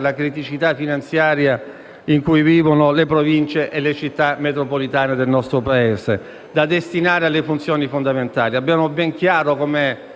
la criticità finanziaria in cui vivono le Province e le Città metropolitane del nostro Paese, da assegnare alle funzioni fondamentali. Abbiamo ben chiaro come